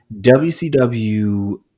WCW